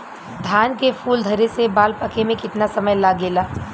धान के फूल धरे से बाल पाके में कितना समय लागेला?